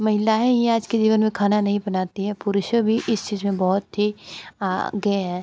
महिलाएँ ही आज के जीवन में खाना नहीं बनाती है पुरुषों भी इस चीज में बहुत ही आगे है